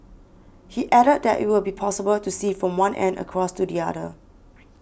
he added that it will be possible to see from one end across to the other